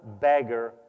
beggar